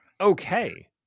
okay